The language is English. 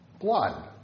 blood